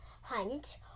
hunt